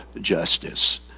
justice